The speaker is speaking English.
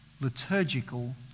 liturgical